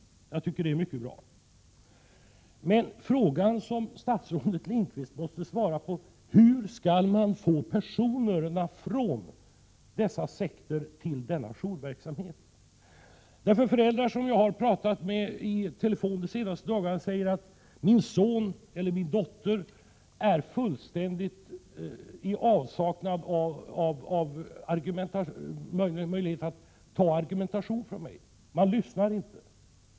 Jag tycker det är mycket bra, men frågan som statsrådet Lindqvist måste svara på är: Hur skall man få personerna från dessa sekter till denna jourverksamhet? Föräldrar som jag har talat med i telefonen de senaste dagarna säger att deras barn är i fullständig avsaknad av möjlighet att ta emot argumentation. De lyssnar inte.